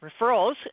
referrals